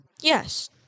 Yes